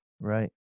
Right